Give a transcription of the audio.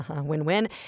Win-win